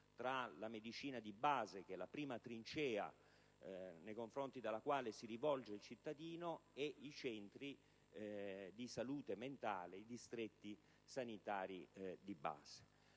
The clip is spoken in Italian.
tra medicina di base, che è la prima trincea alla quale si rivolge il cittadino, i centri di salute mentale e i distretti sanitari di base.